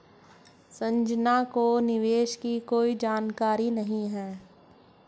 संजना को निवेश की कोई जानकारी नहीं है